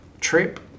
trip